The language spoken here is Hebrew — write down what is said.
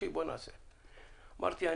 אמרתי שאני